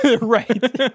Right